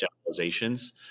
generalizations